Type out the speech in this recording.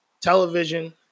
Television